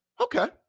okay